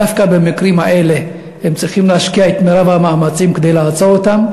דווקא במקרים האלה הם צריכים להשקיע את מרב המאמצים כדי לעצור אותם,